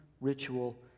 ritual